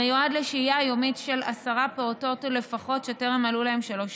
המיועד לשהייה יומית של עשרה פעוטות לפחות שטרם מלאו להם שלוש שנים,